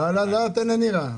ולהסתכל.